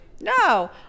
No